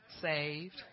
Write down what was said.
saved